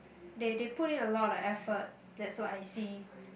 they they put in a lot like effort that's what I see